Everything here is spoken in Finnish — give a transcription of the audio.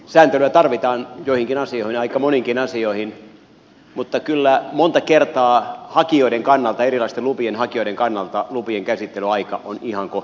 sääntelyä tarvitaan joihinkin asioihin aika moniinkin asioihin mutta kyllä monta kertaa erilaisten lupien hakijoiden kannalta lupien käsittelyaika on ihan kohtuuton